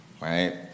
right